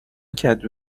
کدو